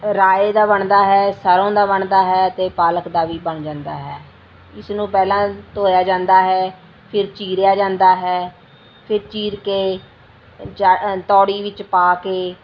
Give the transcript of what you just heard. ਰਾਏ ਦਾ ਬਣਦਾ ਹੈ ਸਰ੍ਹੋਂ ਦਾ ਬਣਦਾ ਹੈ ਅਤੇ ਪਾਲਕ ਦਾ ਵੀ ਬਣ ਜਾਂਦਾ ਹੈ ਇਸ ਨੂੰ ਪਹਿਲਾਂ ਧੋਇਆ ਜਾਂਦਾ ਹੈ ਫਿਰ ਚੀਰਿਆ ਜਾਂਦਾ ਹੈ ਫਿਰ ਚੀਰ ਕੇ ਚ ਤੌੜੀ ਵਿੱਚ ਪਾ ਕੇ